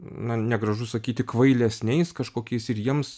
na negražu sakyti kvailesniais kažkokiais ir jiems